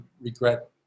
regret